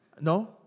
No